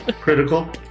critical